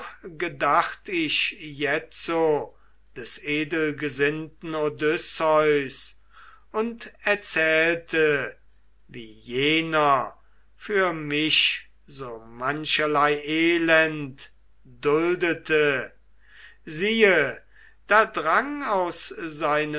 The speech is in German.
gedacht ich jetzo des edelgesinnten odysseus und erzählte wie jener für mich so mancherlei elend duldete siehe da drang aus seinen